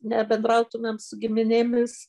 nebendrautumėm su giminėmis